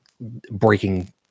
breaking